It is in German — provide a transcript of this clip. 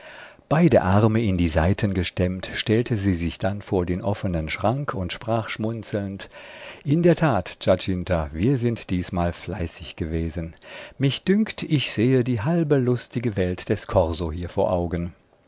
beide arme in die seiten gestemmt stellte sie sich dann hin vor den offenen schrank und sprach schmunzelnd in der tat giacinta wir sind diesmal fleißig gewesen mich dünkt ich sehe die halbe lustige welt des korso hier vor augen